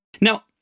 Now